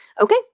Okay